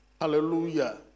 Hallelujah